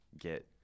get